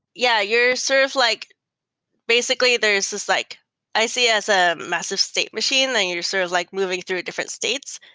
yeah. sort of like basically, there is this like i see as a massive state machine that you're sort of like moving through different states.